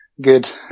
good